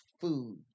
food